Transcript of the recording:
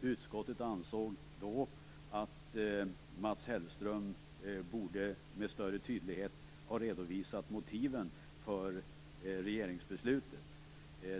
Utskottet ansåg då att Mats Hellström med större tydlighet borde ha redovisat motiven för regeringsbeslutet.